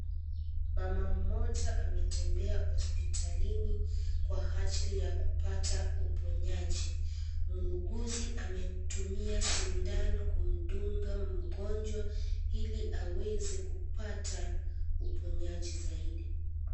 Mama mmoja ametembea hospitalini kwa ajili ya kupata uponyaji. Muuguzi ametumia sindano kumdunga mgonjwa, ili aweze kupata uponyaji zaidi.